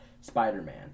Spider-Man